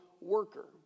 worker